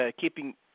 keeping